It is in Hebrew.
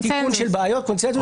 טיפול של בעיות -- בקונצנזוס.